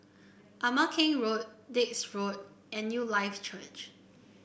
Ama Keng Road Dix Road and Newlife Church